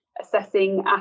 assessing